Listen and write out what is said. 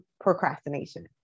procrastination